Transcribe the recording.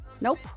Nope